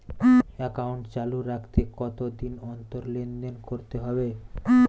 Account চালু রাখতে কতদিন অন্তর লেনদেন করতে হবে?